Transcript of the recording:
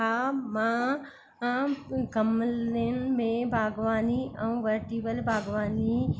हा मां आं गमलनि में बागवानी ऐं वर्टीवल बागवानी